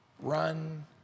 Run